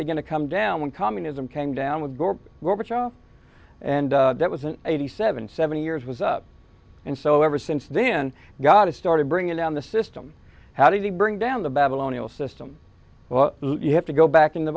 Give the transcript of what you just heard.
begin to come down when communism came down with gorbachev and that was an eighty seven seventy years was up and so ever since then god started bringing down the system how did he bring down the babylonian system well you have to go back in the